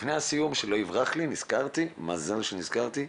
לפני הסיום נזכרתי ומזל שנזכרתי.